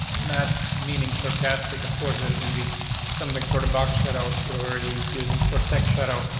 and that meaning sarcastic. of course, there's gonna be something for the box shadow if you're already using for tech shadow,